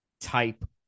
type